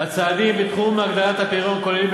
הצעדים בתחום הגדלת הפריון כוללים,